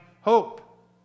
hope